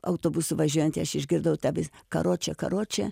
autobusu važiuojantį aš išgirdau tabis karoče karoče